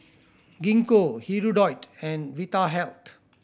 Gingko Hirudoid and Vitahealth